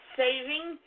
saving